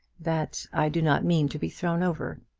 that i do not mean to be thrown over.